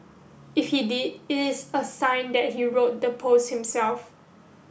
if he did it is a sign that he wrote the post himself